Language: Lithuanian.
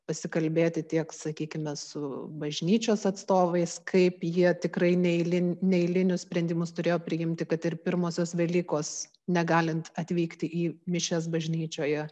pasikalbėti tiek sakykime su bažnyčios atstovais kaip jie tikrai neeiliniu neeilinius sprendimus turėjo priimti kad ir pirmosios velykos negalint atvykti į mišias bažnyčioje